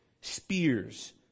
spears